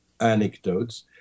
anecdotes